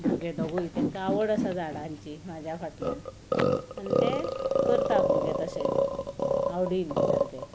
भुरगे दोगूय तांकां आवड आसा झाडांची म्हाज्या फाटल्यान आनी ते करता भुरगे तशे आवडीन सारके